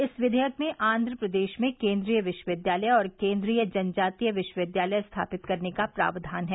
इस विघेयक में आंध्र प्रदेश में केंद्रीय विश्वविद्यालय और केंद्रीय जनजातीय विश्वविद्यालय स्थापित करने का प्रावधान है